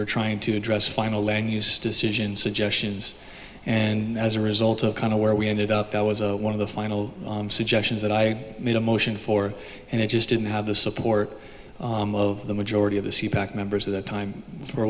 were trying to address final leg news decision suggestions and as a result of kind of where we ended up that was one of the final suggestions that i made a motion for and it just didn't have the support of the majority of the c pack members of the time for